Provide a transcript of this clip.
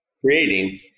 creating